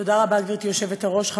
גברתי היושבת-ראש.